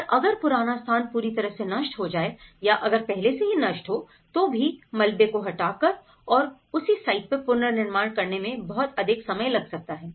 और अगर पुराना स्थान पूरी तरह से नष्ट हो जाए या अगर पहले से ही नष्ट हो तो भी मलबे को हटा कर और उसी साइट पर पुनर्निर्माण करने में बहुत अधिक समय लग सकता है